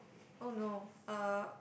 oh no uh